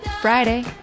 Friday